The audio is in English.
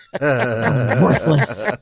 Worthless